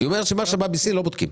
היא אומרת שמה שבא מסין, לא בודקים.